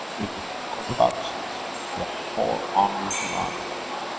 it collapses the whole armies around the world.